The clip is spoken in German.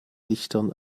lichtern